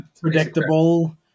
Predictable